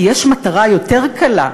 כי יש מטרה יותר קלה: